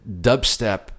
Dubstep